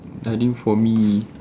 I think for me